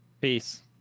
peace